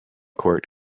court